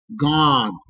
God